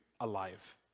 alive